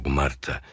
marta